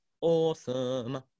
awesome